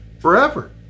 Forever